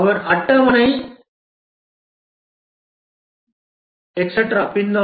அவர் அட்டவணை etcetera பின்னால்